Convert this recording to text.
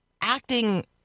acting